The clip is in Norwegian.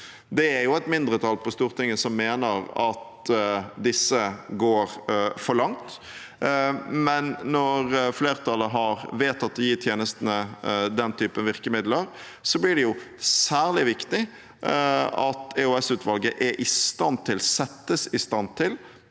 Det er et mindretall på Stortinget som mener at disse går for langt, men når flertallet har vedtatt å gi tjenestene den typen virkemidler, blir det særlig viktig at EOS-utvalget settes i stand til